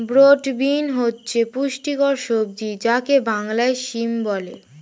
broad bean হচ্ছে পুষ্টিকর সবজি যাকে বাংলায় সিম বলে